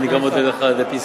תודה.